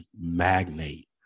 magnate